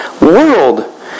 World